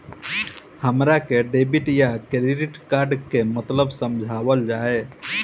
हमरा के डेबिट या क्रेडिट कार्ड के मतलब समझावल जाय?